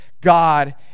God